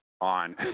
on